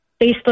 Facebook